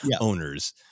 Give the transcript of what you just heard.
owners